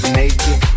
naked